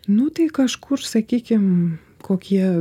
nu tai kažkur sakykim kokie